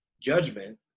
judgment